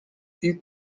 eut